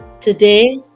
Today